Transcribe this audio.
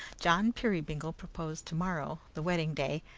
john peerybingle proposed to-morrow the wedding-day